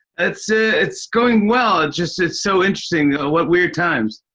it's it's going well. just it's so interesting. what weird times.